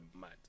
mad